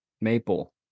maple